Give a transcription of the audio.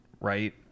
right